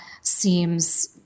seems